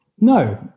no